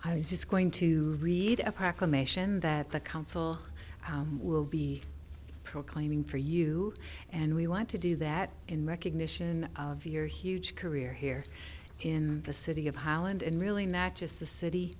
i was just going to read a proclamation that the council will be proclaiming for you and we want to do that in recognition of your huge career here in the city of holland and really matches the city